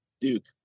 Duke